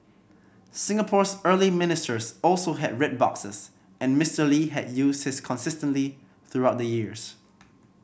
Singapore's early ministers also had red boxes and Mister Lee had used his consistently through the years